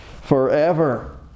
forever